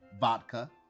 vodka